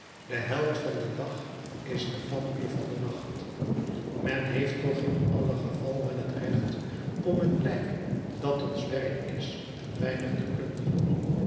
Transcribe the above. de held van den dag is de vampier van den nacht men heeft toch in allen geval wel het recht om het lijk dat ons werk is een weinig te plunderen